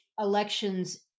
elections